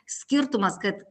skirtumas kad